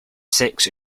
six